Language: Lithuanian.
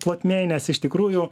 plotmėj nes iš tikrųjų